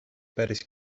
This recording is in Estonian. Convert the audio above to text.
päris